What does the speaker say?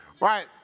Right